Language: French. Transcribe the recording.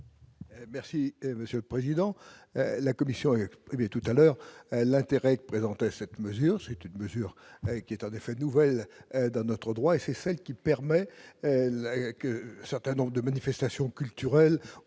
Merci monsieur le président, la commission exprimé tout à l'heure, l'intérêt que présentait cette mesure, c'est une mesure qui est en effet de nouvelles dans notre droit, et c'est celle qui permet le que certains nombre de manifestations culturelles